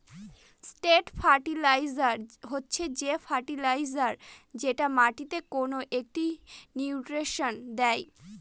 straight fertiliser হচ্ছে যে fertiliser যেটা মাটিকে কোনো একটা নিউট্রিশন দেয়